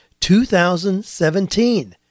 2017